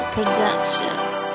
Productions